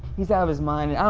he's out of his mind. i don't